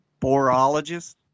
Borologist